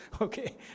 Okay